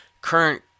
current